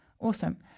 Awesome